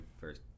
first